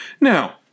Now